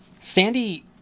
Sandy